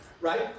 right